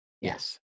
Yes